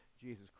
Jesus